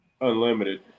Unlimited